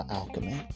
alchemy